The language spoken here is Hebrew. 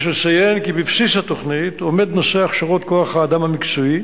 יש לציין כי בבסיס התוכנית עומד נושא הכשרות כוח-האדם המקצועי,